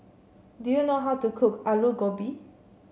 do you know how to cook Alu Gobi